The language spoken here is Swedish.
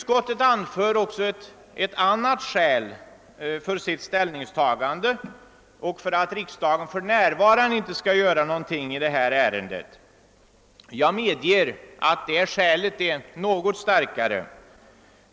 Ett annat skäl som utskottet anför för sitt ställningstagande och för att riksdagen för närvarande inte skall fatta beslut om några åtgärder på området är — det medger jag — något starkare.